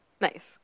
Nice